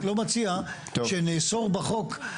הוועדה כשלעצמה אני רק לא מציע שנאסור בחוק או